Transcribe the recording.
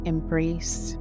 Embrace